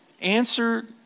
answer